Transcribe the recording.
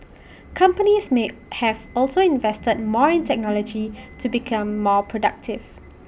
companies may have also invested more in technology to become more productive